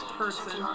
person